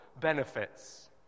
benefits